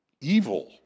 evil